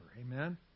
Amen